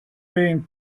being